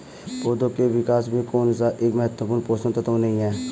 पौधों के विकास में कौन सा एक महत्वपूर्ण पोषक तत्व नहीं है?